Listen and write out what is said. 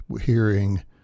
hearing